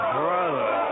brother